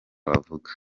bavuga